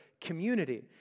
community